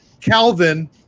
Calvin